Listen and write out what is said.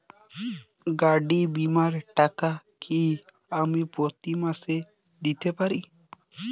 গাড়ী বীমার টাকা কি আমি প্রতি মাসে দিতে পারি?